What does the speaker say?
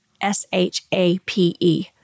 S-H-A-P-E